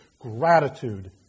gratitude